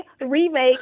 Remake